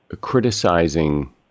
criticizing